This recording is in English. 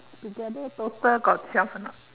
together total got twelve or not